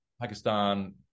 Pakistan